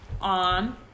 on